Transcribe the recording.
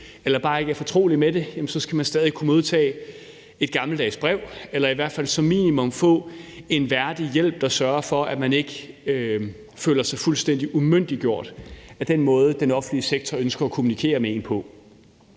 eller bare ikke fortrolig med det, kunne modtage et gammeldags brev eller i hvert fald som minimum få en værdig hjælp, der gør, at man ikke føler sig fuldstændig umyndiggjort af den måde, den offentlige sektor ønsker at kommunikere med en på.